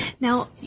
Now